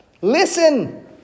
Listen